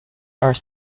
are